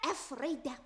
s raide